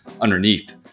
underneath